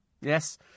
Yes